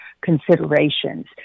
considerations